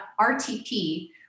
RTP